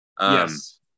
Yes